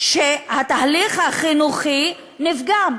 שהתהליך החינוכי נפגם.